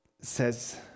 says